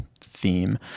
theme